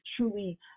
truly